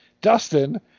Dustin